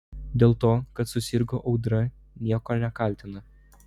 dėl to kad susirgo audra nieko nekaltina